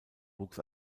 wuchs